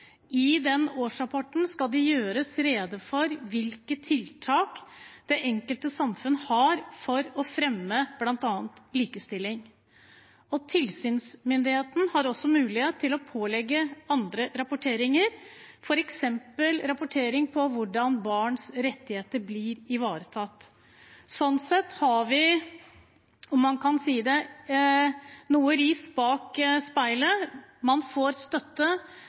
I den årsrapporten skal det gjøres rede for hvilke tiltak det enkelte samfunn har for å fremme bl.a. likestilling. Tilsynsmyndigheten har også mulighet til å pålegge andre rapporteringer, f.eks. rapportering på hvordan barns rettigheter blir ivaretatt. Sånn sett har vi, om man kan si det, noe ris bak speilet. Man får støtte,